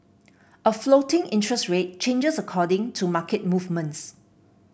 a floating interest rate changes according to market movements